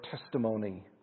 testimony